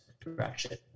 direction